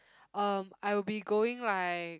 um I'll be going like